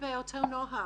לגבי אותו נוהל,